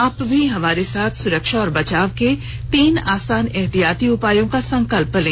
आप भी हमारे साथ सुरक्षा और बचाव के तीन आसान एहतियाती उपायों का संकल्प लें